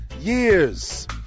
years